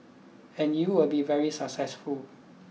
and you will be very successful